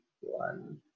one